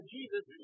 Jesus